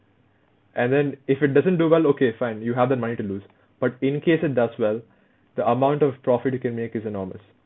and then if it doesn't do well okay fine you have that money to lose but in case it does well the amount of profit you can make is enormous